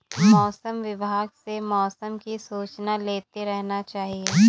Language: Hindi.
मौसम विभाग से मौसम की सूचना लेते रहना चाहिये?